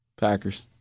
Packers